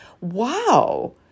wow